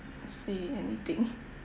say anything